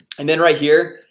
and then right here,